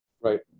Right